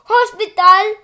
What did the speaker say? Hospital